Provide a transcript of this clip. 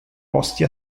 posti